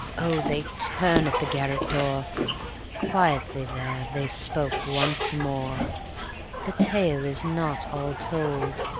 oh, they turned at the garret door quietly there they spoke once more the tale is not all told.